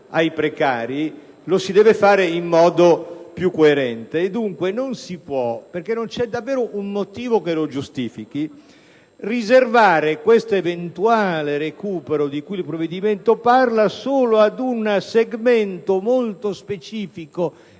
ai precari, lo si deve fare in modo più coerente. Dunque, non si può riservare, perché non c'è motivo che lo giustifichi, questo eventuale recupero di cui al provvedimento solo ad un segmento molto specifico